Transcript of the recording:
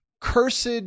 cursed